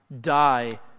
die